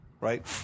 right